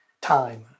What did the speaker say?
time